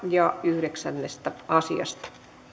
ja yhdeksännestä asiasta